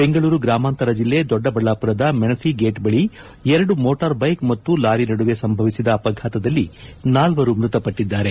ಬೆಂಗಳೂರು ಗ್ರಾಮಾಂತರ ಜಿಲ್ಲೆ ದೊಡ್ಡಬಳ್ಳಾಪುರದ ಮೆಣಸಿ ಗೇಟ್ ಬಳಿ ಎರಡು ಮೋಟರ್ ಬೈಕ್ ಮತ್ತು ಲಾರಿ ನಡುವೆ ಸಂಭವಿಸಿದ ಅಪಘಾತದಲ್ಲಿ ನಾಲ್ವರು ಮೃತಪಟ್ಟಿದ್ದಾರೆ